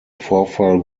vorfall